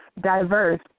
diverse